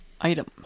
item